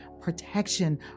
protection